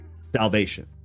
salvation